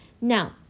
Now